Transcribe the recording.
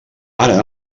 ara